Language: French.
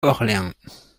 orléans